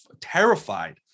terrified